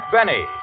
Benny